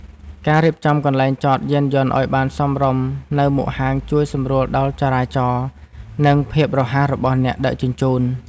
ការរៀបចំកន្លែងចតយានយន្តឱ្យបានសមរម្យនៅមុខហាងជួយសម្រួលដល់ចរាចរណ៍ និងភាពរហ័សរបស់អ្នកដឹកជញ្ជូន។